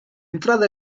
entrada